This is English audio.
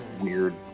weird